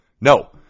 no